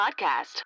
podcast